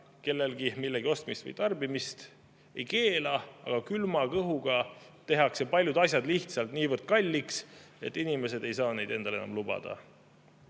kellelgi millegi ostmist või tarbimist. Ei keela, aga külma kõhuga tehakse paljud asjad lihtsalt niivõrd kalliks, et inimesed ei saa neid asju endale enam lubada.